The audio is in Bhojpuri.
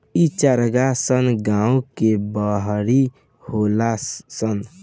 इ चारागाह सन गांव के बाहरी रहेला सन